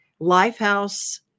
Lifehouse